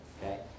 okay